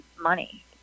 money